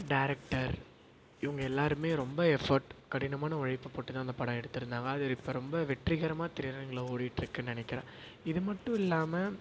director இவங்க எல்லாருமே ரொம்ப எஃபர்ட் கடினமான உழைப்பை போட்டு தான் அந்த படம் எடுத்துருந்தாங்க அது இப்போ ரொம்ப வெற்றிகரமாக திரையரங்கில் ஓடிட்ருக்குன்னு நினைக்கிறேன் இது மட்டும் இல்லாமல்